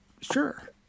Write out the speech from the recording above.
Sure